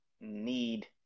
need